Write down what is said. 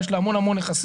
יש לה המון נכסים.